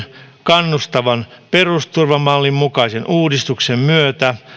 kannustavan perusturvan mallin mukaisen uudistuksen myötä